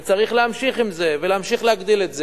וצריך להמשיך עם זה ולהמשיך להגדיל את זה.